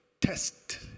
test